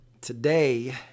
Today